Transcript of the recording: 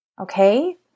okay